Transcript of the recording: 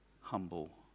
humble